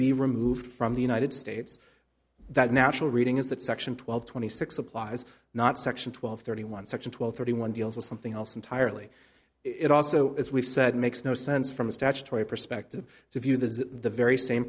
be removed from the united states that national reading is that section twelve twenty six applies not section twelve thirty one section twelve thirty one deals with something else entirely it also as we've said makes no sense from a statutory perspective so if you this is the very same